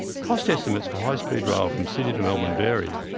cost estimates for high speed rail from sydney to melbourne vary,